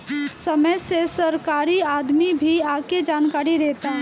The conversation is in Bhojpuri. समय से सरकारी आदमी भी आके जानकारी देता